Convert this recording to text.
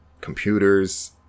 computers